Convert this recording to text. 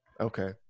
Okay